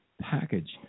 package